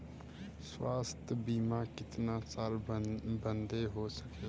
स्वास्थ्य बीमा कितना साल बदे हो सकेला?